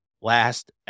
last